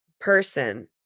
person